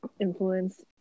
influence